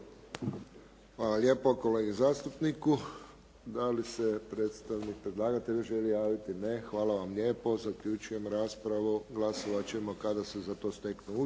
Hvala lijepo kolegi zastupniku. Da li se predstavnik predlagatelja želi javiti? Ne. Hvala vam lijepo. Zaključujem raspravu. Glasovat ćemo kada se za to steknu uvjeti.